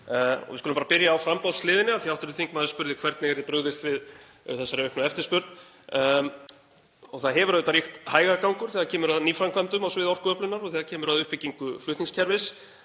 Við skulum bara byrja á framboðshliðinni af því hv. þingmaður spurði hvernig yrði brugðist við þessari auknu eftirspurn. Það hefur auðvitað ríkt hægagangur þegar kemur að nýframkvæmdum á sviði orkuöflunar og þegar kemur að uppbyggingu flutningskerfis,